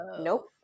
Nope